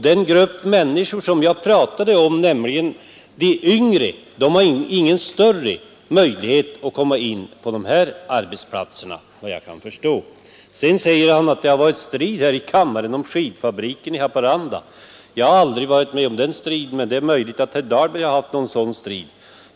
Den grupp människor som jag talade om — de yngre — har ingen större möjlighet att komma in på dessa arbetsplatser efter vad jag kan förstå. Sedan säger herr Dahlberg att det har varit strid här i kammaren om skidfabriken i Håparanda. Jag har aldrig varit med om någon sådan strid, men det är möjligt att herr Dahlberg haft en strid av det slaget.